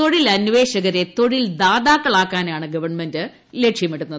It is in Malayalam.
തൊഴിലന്വേഷകരെ തൊഴിൽ ദാതാക്കളാക്കാനാണ് ഗവൺമെന്റ് ലക്ഷ്യമിടുന്നത്